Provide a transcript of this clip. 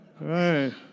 right